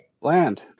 Land